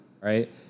right